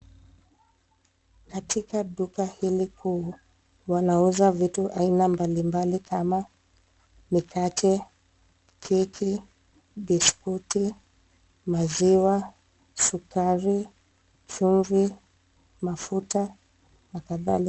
Katika duka hili kuu wanauza vitu aina mbalimbali kama mikate, keki, biskuti, maziwa, sukari, chumvi, mafuta na kadhalika.